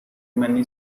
many